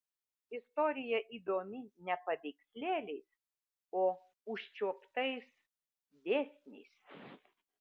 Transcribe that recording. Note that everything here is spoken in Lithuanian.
istorija įdomi ne paveikslėliais o užčiuoptais dėsniais